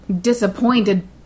disappointed